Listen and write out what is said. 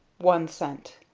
one cent.